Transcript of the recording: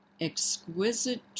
Exquisite